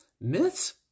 Myths